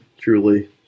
truly